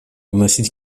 вносить